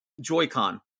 Joy-Con